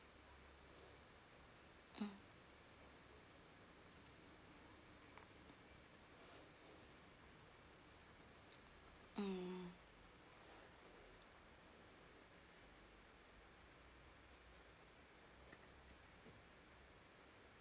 mm mm